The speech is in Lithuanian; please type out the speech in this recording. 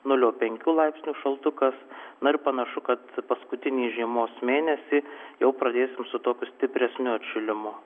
nulio penkių laipsnių šaltukas na ir panašu kad paskutinį žiemos mėnesį jau pradėsim su tokiu stipresniu atšilimu